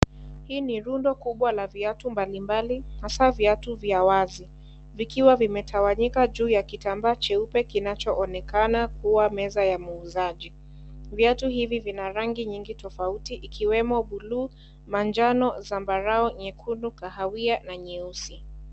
Hi ni rundo kubwa la viatu mbalimbali, hasa viatu vya wazi. vikiwa vimetawanyika juu ya kitambaa cheupe kinachoonekana kuwa meza ya muuzaju. viatu hivi vinarangi nyingi tofauti ikiwemo buluu manjano, zambarau, nyekundu, kahawia, na nyeusi.